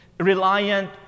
Reliant